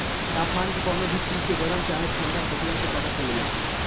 तापमान के कवनो भी चीज के गरम चाहे ठण्डा होखला के पता चलेला